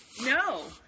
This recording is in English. No